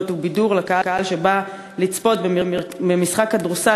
הוא בידור לקהל שבא לצפות במשחק הכדורסל,